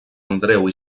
andreu